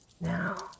Now